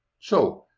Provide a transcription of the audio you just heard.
so,